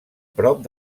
prop